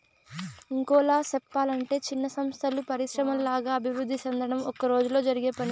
ఇంకోలా సెప్పలంటే చిన్న సంస్థలు పరిశ్రమల్లాగా అభివృద్ధి సెందడం ఒక్కరోజులో జరిగే పని కాదు